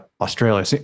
Australia